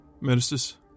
Ministers